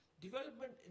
Development